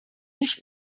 nicht